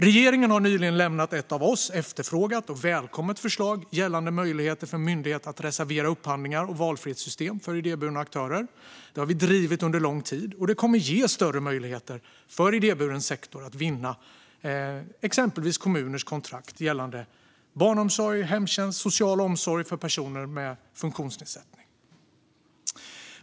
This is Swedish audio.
Regeringen har nyligen lämnat ett av oss efterfrågat och välkommet förslag gällande möjligheter för en myndighet att reservera upphandlingar och valfrihetssystem för idéburna aktörer. Det har vi drivit under lång tid. Det kommer att ge större möjligheter för idéburen sektor att vinna exempelvis kommuners kontrakt gällande barnomsorg, hemtjänst och social omsorg för personer med funktionsnedsättning.